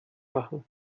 machen